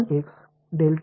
E 1